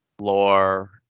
lore